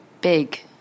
big